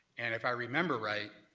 and if i remember right,